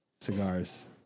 Cigars